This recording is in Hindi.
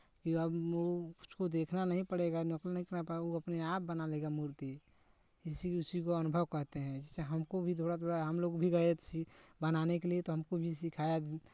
कि अब उ उसको देखना नहीं पड़ेगा नकल नहीं करना पड़ेगा वो अपने आप बना लेगा मूर्ती इसी उसी को अनुभव कहते हैं जिससे हमको भी थोड़ा थोड़ा हमलोग भी गये थे बनाने के लिये तो हमको भी सिखाया